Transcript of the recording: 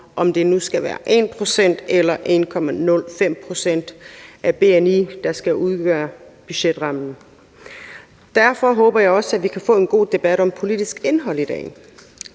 om det nu skal være 1 pct. eller 1,05 pct. af bni, der skal udgøre budgetrammen. Derfor håber jeg også, at vi kan få en god debat om politisk indhold i dag.